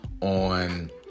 on